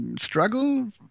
struggle